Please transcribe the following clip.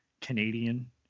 Canadian